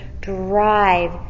drive